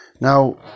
Now